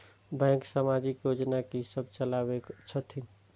Bank समाजिक योजना की सब चलावै छथिन?